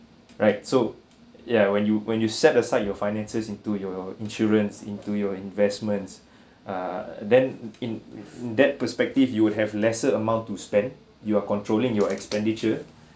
right so ya when you when you set aside your finances into your insurance into your investments ah then in that perspective you would have lesser amount to spend you are controlling your expenditure